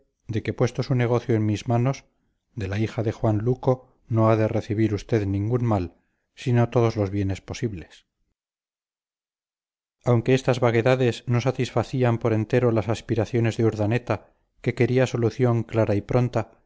de que puesto su negocio en mis manos de la hija de juan luco no ha de recibir usted ningún mal sino todos los bienes posibles aunque estas vaguedades no satisfacían por entero las aspiraciones de urdaneta que quería solución clara y pronta